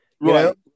Right